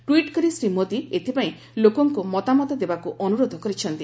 tweet କରି ଶ୍ରୀ ମୋଦୀ ଏଥିପାଇଁ ଲୋକଙ୍କୁ ମତାମତ ଦେବାକୁ ଅନୁରୋଧ କରିଛନ୍ତି